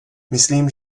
myslím